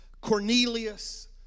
Cornelius